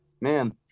man